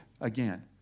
again